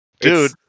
Dude